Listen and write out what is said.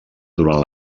durant